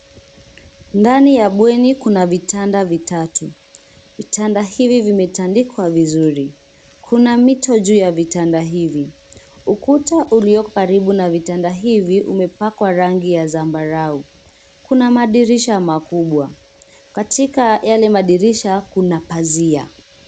Ndani ya bweni kuna vitanda vitatu, vitanda hivi vimetandikwa vizuri kuna mito juu ya vitanda hivi. Ukuta ulio karibu na vitanda hivi umepakwa rangi ya zambarao kuna madirisha makubwa katika yale madirisha kuna pazia.